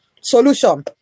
solution